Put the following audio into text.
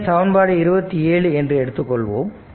இதனை சமன்பாடு 27 என்று எடுத்துக்கொள்வோம்